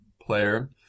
player